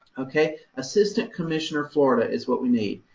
ok. assistant commissioner florida is what we need.